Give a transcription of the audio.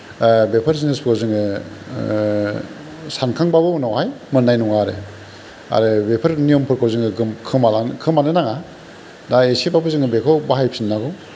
बेफोर जिनिसखौ जोङो सानखांबाबो उनावहाय मोननाय नङा आरो आरो बेफोर नियमफोरखौ जोङो खोमालां खोमानो नाङा दा एसेबाबो जोङो बाहायफिननो नांगौ